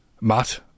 Matt